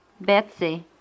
Betsy